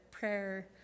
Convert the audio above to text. Prayer